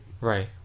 right